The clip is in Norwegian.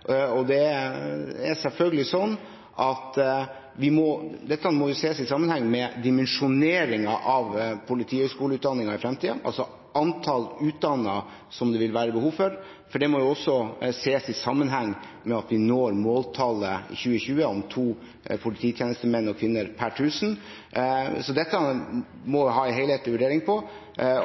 Dette må selvfølgelig også ses i sammenheng med dimensjoneringen av politihøgskoleutdanningen i fremtiden, altså antall utdannede som det vil være behov for, for det må også ses i sammenheng med at vi når måltallet i 2020 om to polititjenestemenn og -kvinner per tusen innbyggere. Så dette må man ha en helhetlig vurdering av.